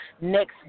Next